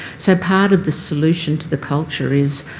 so part of the solution to the culture is